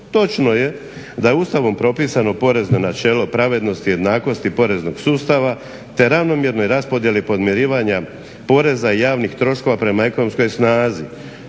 Točno je da je Ustavom propisano porezno načelo pravednosti, jednakosti poreznog sustava te ravnomjernoj raspodjeli podmirivanja poreza i javnih troškova prema ekonomskoj snazi.